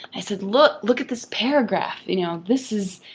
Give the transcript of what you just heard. i said, look. look at this paragraph. you know, this is.